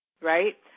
right